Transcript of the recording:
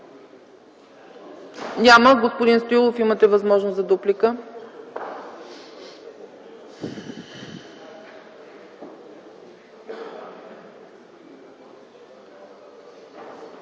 Няма. Господин Стоилов, имате възможност за дуплика.